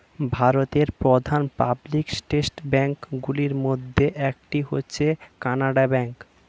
ভারতের প্রধান public sector bank গুলির মধ্যে একটি হচ্ছে কানারা ব্যাঙ্ক